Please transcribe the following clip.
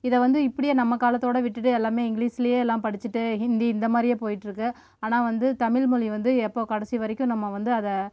இதை வந்து இப்படியே நம்ம காலத்தோட விட்டுட்டு எல்லாமே இங்கிலீஷ்லேயே எல்லாம் படிச்சுட்டு ஹிந்தி இந்தமாதிரியே போயிட்டுருக்குது ஆனால் வந்து தமிழ்மொழி வந்து எப்போது கடைசி வரைக்கும் நம்ம வந்து அதை